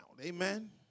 Amen